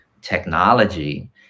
technology